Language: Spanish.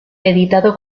editado